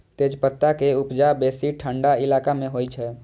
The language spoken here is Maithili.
तेजपत्ता के उपजा बेसी ठंढा इलाका मे होइ छै